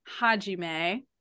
Hajime